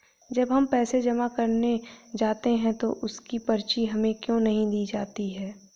जब हम पैसे जमा करने जाते हैं तो उसकी पर्ची हमें क्यो नहीं दी जाती है?